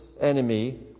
enemy